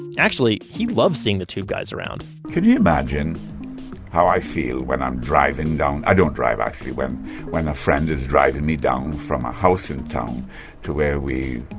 actually he loves seeing the tube guys around could you imagine how i feel when i'm driving down, i don't drive actually, when when a friend is driving me down from a house in town to where we,